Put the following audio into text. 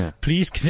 Please